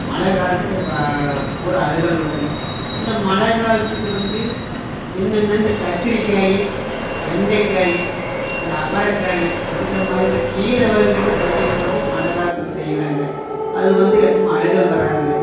மழைகாலத்துக்கு அது வா பூராக அழுதல் வருங்க இந்த மழைகாலத்துக்கு வந்து என்னென்ன இந்த கத்திரிக்காய் வெண்டைக்காய் இந்த அவரக்காய் இந்த மாதிரி இந்த கீரவகைகளும் செய்யும்போது மழைகாலத்துக்கு செய்யலாங்க அது வந்து எப்போம் அழுகல் வராதுங்க